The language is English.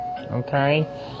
okay